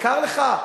יקר לך?